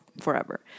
forever